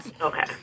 okay